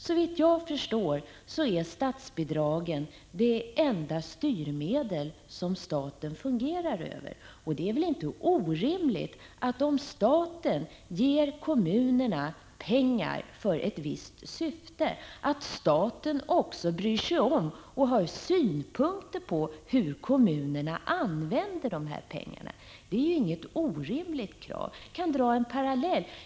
Såvitt jag förstår är statsbidragen det enda styrmedel som staten förfogar över. Om staten ger kommunerna pengar för ett visst syfte är det väl inte orimligt att staten också bryr sig om och har synpunkter på hur kommunerna använder dessa pengar. Det är inget obefogat krav. Jag kan dra en parallell.